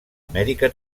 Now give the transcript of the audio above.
amèrica